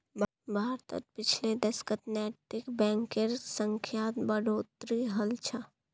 भारतत पिछले दशकत नैतिक बैंकेर संख्यात बढ़ोतरी हल छ